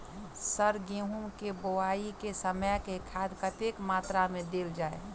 Sir गेंहूँ केँ बोवाई केँ समय केँ खाद कतेक मात्रा मे देल जाएँ?